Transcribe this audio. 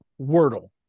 Wordle